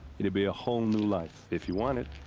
it'd be a whole new life. if you want it?